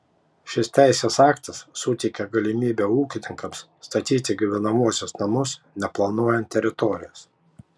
šis teisės aktas suteikia galimybę ūkininkams statyti gyvenamuosius namus neplanuojant teritorijos